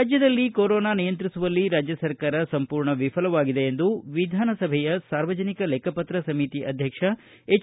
ರಾಜ್ಯದಲ್ಲಿ ಕೊರೊನಾ ನಿಯಂತ್ರಿಸುವಲ್ಲಿ ರಾಜ್ಯ ಸರ್ಕಾರ ಸಂಪೂರ್ಣ ವಿಫಲವಾಗಿದೆ ಎಂದು ವಿಧಾನಸಭೆಯ ಸಾರ್ವಜನಿಕ ಲೆಕ್ಕಪತ್ರ ಸಮಿತಿ ಅಧ್ಯಕ್ಷ ಎಚ್